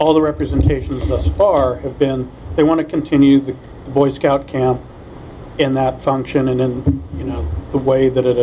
all the representations thus far have been they want to continue the boy scout camp in that function and then you know the way that it